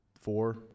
four